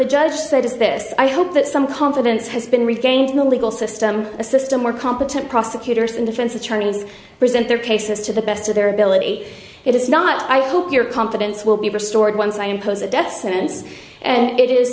the judge said is this i hope that some confidence has been retained in the legal system a system where competent prosecutors and defense attorneys present their cases to the best of their ability it is not i hope your confidence will be restored once i impose a death sentence and it is